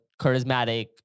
charismatic